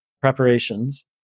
preparations